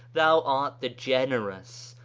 thou art the generous,